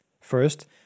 First